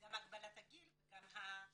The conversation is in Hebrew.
זה גם הגבלת הגיל וגם העניין של שנות השמונים